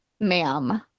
ma'am